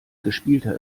gespielter